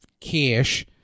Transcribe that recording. cash